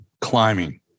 climbing